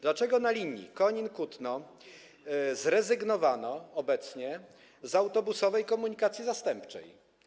Dlaczego na linii Konin - Kutno zrezygnowano obecnie z autobusowej komunikacji zastępczej?